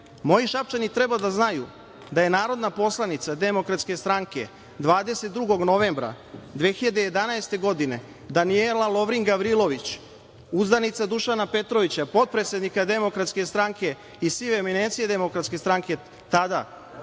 Šapčani, treba da znaju da je narodna poslanica Demokratske stranke 22. novembra. 2011. godine, Daniela Lovrin Gavrilović, uzdanica Dušana Petrovića, potpredsednica Demokratske stranke i sive eminencije Demokratske stranke tada,